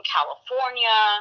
California